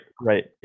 right